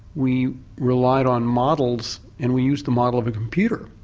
we relied on models and we used the model of a computer,